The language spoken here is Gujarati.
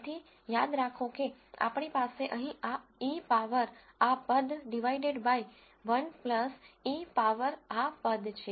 તેથી યાદ રાખો કે આપણી પાસે અહીં આ e પાવર આ પદ ડીવાયડેડ બાય 1 e પાવર આ પદ છે